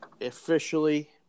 officially